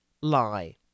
lie